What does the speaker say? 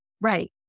Right